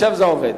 נמנע?